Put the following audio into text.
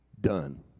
done